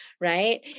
right